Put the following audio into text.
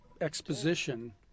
exposition